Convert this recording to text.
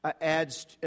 adds